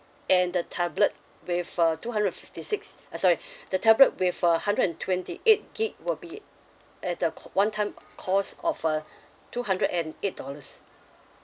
and the tablet with uh two hundred and fifty six uh sorry the tablet with a hundred and twenty eight gigabyte will be at the co~ at the one time cost of uh two hundred and eight dollars